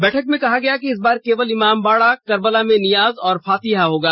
बैठक में कहा गया कि इस बार केवल इमामबाडा कर्बला में नियाज और फातिहा होगा